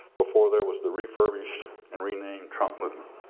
before, there was the refurbished and renamed trump movement.